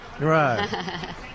right